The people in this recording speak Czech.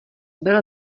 byl